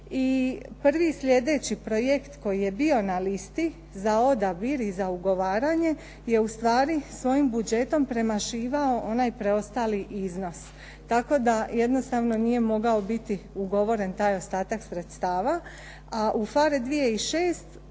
prvi sljedeći projekt koji je bio na listi za odabir i za ugovaranje je u stvari svojim budžetom premašivao onaj preostali iznos tako da jednostavno nije mogao biti ugovoren taj ostatak sredstava.